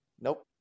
nope